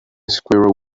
squirrel